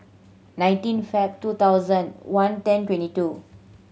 nineteen Feb two thousand one ten twenty two